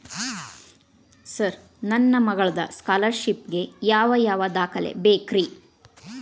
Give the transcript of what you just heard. Sir ನನ್ನ ಮಗ್ಳದ scholarship ಗೇ ಯಾವ್ ಯಾವ ದಾಖಲೆ ಬೇಕ್ರಿ?